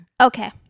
Okay